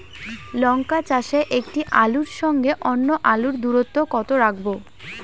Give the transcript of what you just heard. লঙ্কা চাষে একটি আলুর সঙ্গে অন্য আলুর দূরত্ব কত রাখবো?